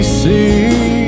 see